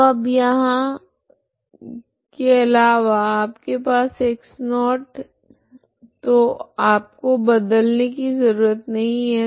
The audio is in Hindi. तो अब यहाँ के अलावा आपके पास x0 है तो आपको बदलने की जरूरत नहीं है